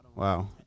Wow